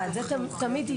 זה תמיד יהיה.